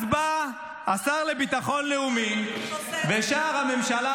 ואז באו השר לביטחון לאומי ושאר הממשלה